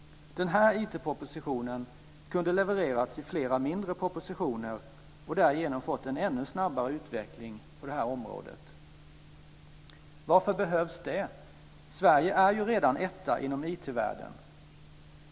Den här IT-propositionen kunde ha levererats i flera mindre propositioner och därigenom fått en ännu snabbare utveckling på området. Varför behövs detta? Sverige är ju redan etta inom IT-världen.